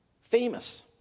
Famous